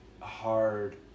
hard